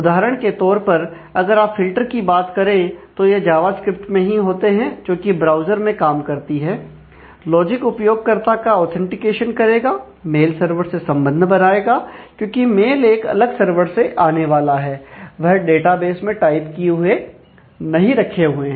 उदाहरण के तौर पर अगर आप फिल्टर की बात करें तो यह जावास्क्रिप्ट में ही होते हैं जो कि ब्राउज़र में काम करती है लॉजिक उपयोगकर्ता का ऑथेंटिकेशन करेगा मेल सर्वर से संबंध बनाएगा क्योंकि मेल एक अलग सर्वर से आने वाला है वह डेटाबेस में टाइप किए हुए नहीं रखे हुए हैं